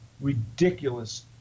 ridiculous